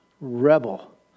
rebel